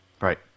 Right